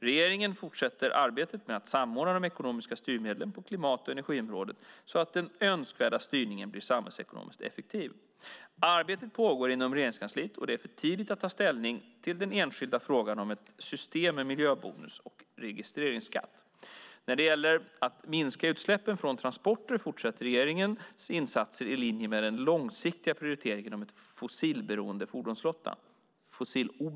Regeringen fortsätter arbetet med att samordna de ekonomiska styrmedlen på klimat och energiområdet så att den önskvärda styrningen blir samhällsekonomiskt effektiv. Arbetet pågår inom Regeringskansliet, och det är för tidigt att ta ställning till den enskilda frågan om ett system med miljöbilsbonus och registreringsskatt. När det gäller att minska utsläppen från transporter fortsätter regeringens insatser i linje med den långsiktiga prioriteringen om en fossiloberoende fordonsflotta.